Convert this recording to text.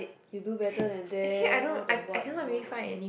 you do better than them all the what and all